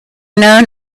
known